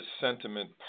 sentiment